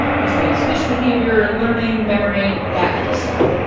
he studies fish behavior, learning, memory, that kind of stuff,